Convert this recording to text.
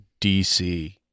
DC